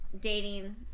Dating